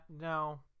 no